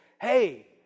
hey